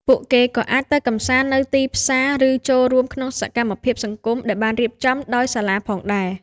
ពួកគេក៏អាចទៅកម្សាន្តនៅទីផ្សារ ឬចូលរួមក្នុងសកម្មភាពសង្គមដែលបានរៀបចំដោយសាលាផងដែរ។